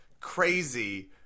Crazy